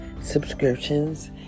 subscriptions